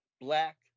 black